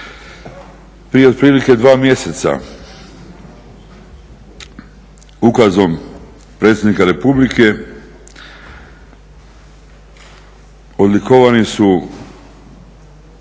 Prije otprilike 2 mjeseca ukazom predsjednika Republike odlikovani su